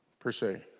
per se.